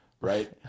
right